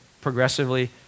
progressively